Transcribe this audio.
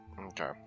okay